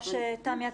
או תמי,